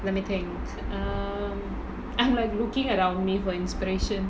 let me think um I'm like looking at all me for inspiration